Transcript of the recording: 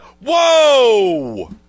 Whoa